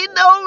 no